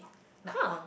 Nakhon